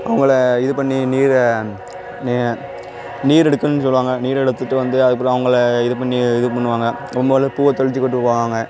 அவங்கள இது பண்ணி நீராக நெ நீர் எடுக்கணுன்னு சொல்வாங்க நீர் எடுத்துகிட்டு வந்து அதுக்குள்ளே அவங்கள இது பண்ணி இது பண்ணுவாங்க ரொம்ப ஆள் பூவை தெளிச்சு கூப்பிட்டு போவாங்க